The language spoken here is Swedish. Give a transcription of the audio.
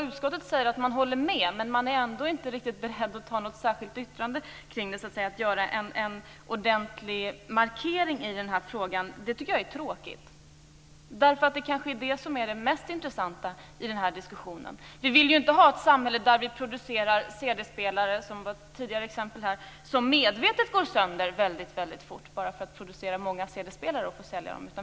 Utskottet säger att det håller med, men det är ändå inte riktigt berett att avge ett särskilt yttrande och göra en ordentlig markering i den här frågan. Det tycker jag är tråkigt. Det är kanske det som är det mest intressanta i den här diskussionen. Vi vill inte ha ett samhälle där vi producerar cd-spelare, som var ett tidigare exempel här, som man medvetet låter gå sönder väldigt fort bara för att kunna producera många cd-spelare och sälja dem.